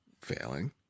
failing